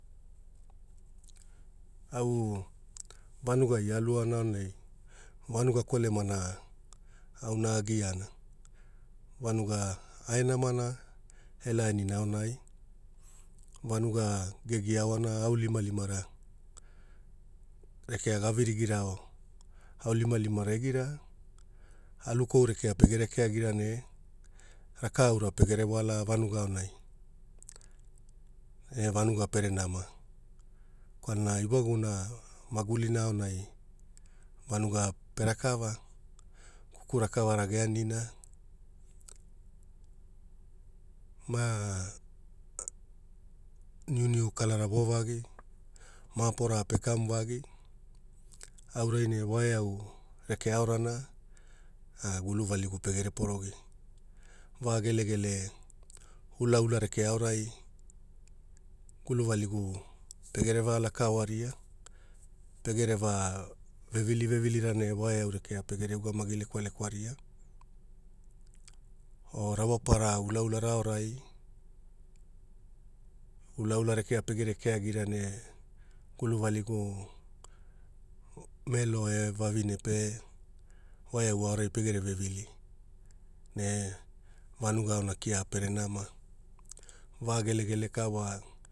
Au vanugai aluaona aonai vanuga kolemana auna agiana vanuga ae namana e lainina aonai vanuga gegia aoana aunilimalimara rekea ga virigirao aunilimalimara egira alukou rekea pegere keagira ne rakaura pegere wala vanuga aonai ne vanuga pere nama kwalana ewaguna magulina aonai kuku rakavara geanina ma niuniu kalara vovagi mapora pe kamuvagi aurai ne waeau rekea aorana guluvaligu pegere porogi va gelegele ulaula rekea aorai guluvaligu pegere va laka oaria pegere va vevili vevilira ne waeau rekea pegere ugamagi lekwaria o rawapara ulaulara aorai ulaula rekea pegere keagira ne guluvaligu melo e vavine pe wa eau aorai pegere vevili ne vanuga aona kia pere nama va gelegele ka wa